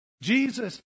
Jesus